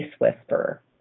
whisperer